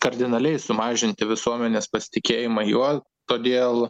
kardinaliai sumažinti visuomenės pasitikėjimą juo todėl